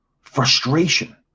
frustration